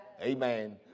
Amen